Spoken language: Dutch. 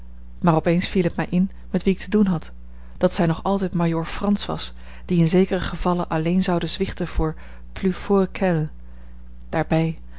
maar op eens viel het mij in met wie ik te doen had dat zij nog altijd majoor frans was die in zekere gevallen alleen zoude zwichten voor